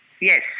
Yes